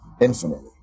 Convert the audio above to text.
infinitely